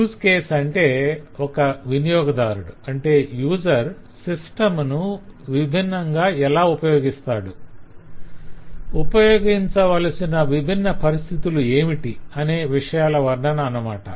use case అంటే ఒక వినియోగదారుడు సిస్టం ను విభిన్న ఎలా ఉపయోగిస్తాడు ఉపయోగించవలసిన విభిన్న పరిస్థితులు ఏమిటి అనే విషయాల వర్ణన అనమాట